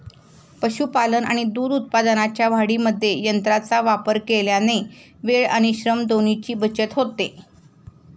पशुपालन आणि दूध उत्पादनाच्या वाढीमध्ये यंत्रांचा वापर केल्याने वेळ आणि श्रम दोन्हीची बचत होते